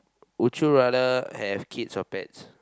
would you rather have kids or pets